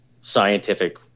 scientific